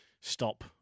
stop